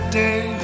day